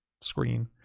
screen